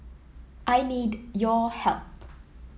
I need your help